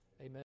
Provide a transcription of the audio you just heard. amen